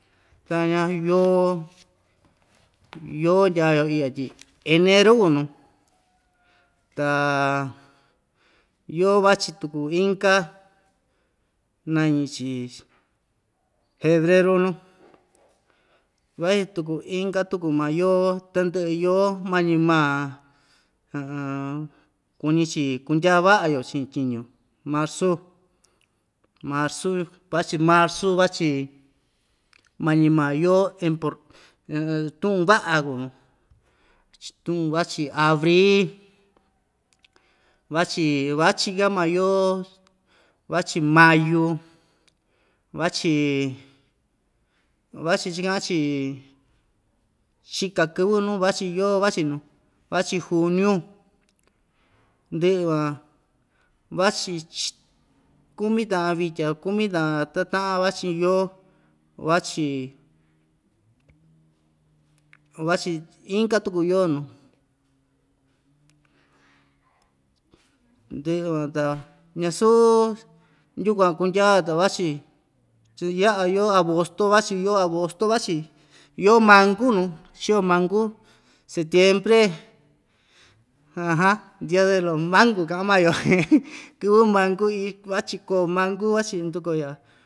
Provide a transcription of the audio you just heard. Tana yoo yoo ndya‑yo iꞌya tyi eneru kuu nuu ta yoo vachi tuku inka nañi‑chi jefreru nuu vachi tuku inka tuku maa yoo tandɨꞌɨ yoo mañi maa kuñi‑chi kundya vaꞌa‑yo chiꞌin tyiñu marzu marzu machi marzu vachi mañi maa yoo import tuꞌun vaꞌa kuu nuu ch tuꞌun vachi abri vachi vachi kaa maa yoo vachi mayu vachi vachi chikaꞌan‑chi chika kɨvɨ nu vachi yoo vachi nuu vachi juñiu ndɨꞌɨ van vachi ch kumi taꞌan vitya kumi taꞌan tataꞌan vachi iin yoo vachi vachi inka tuku yoo nuu ndɨꞌɨ van ta ñasuu yukuan kundyao ta vachi chi yaꞌa yoo abosto vachi yoo abosto vachi yoo mangu nuu chio mangu setiempre dia de los mangus kaꞌan maa‑yo kɨvɨ mangu ii vachi koo mangu vachi nduku‑yo.